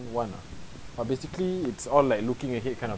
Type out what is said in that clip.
one ah uh basically it's all like looking ahead kind of